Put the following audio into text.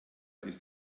ist